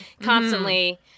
constantly